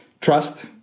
trust